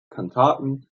kantaten